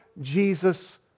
Jesus